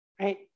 right